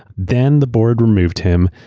then the board removed him,